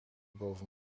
boven